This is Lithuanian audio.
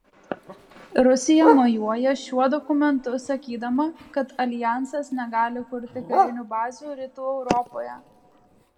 rusija mojuoja šiuo dokumentu sakydama kad aljansas negali kurti karinių bazių rytų europoje